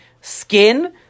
skin